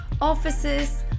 Offices